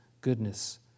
goodness